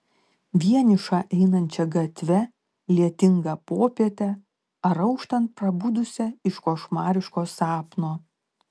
vienišą einančią gatve lietingą popietę ar auštant prabudusią iš košmariško sapno